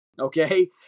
Okay